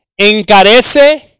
encarece